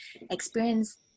experience